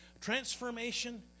transformation